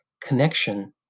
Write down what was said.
connection